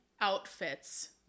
outfits